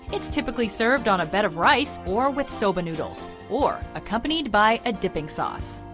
it's typically served on a bed of rice or with soba noodles, or accompanied by a dipping sauce.